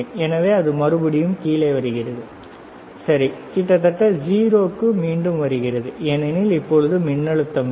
எனவே அது கீழே வருகிறது சரி கிட்டத்தட்ட 0 க்கு மீண்டும் வருகிறது ஏனெனில் இப்போது மின்னழுத்தம் இல்லை